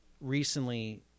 recently